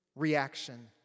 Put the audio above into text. reaction